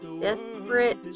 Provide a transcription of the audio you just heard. desperate